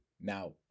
Now